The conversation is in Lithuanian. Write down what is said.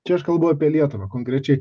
čia aš kalbu apie lietuvą konkrečiai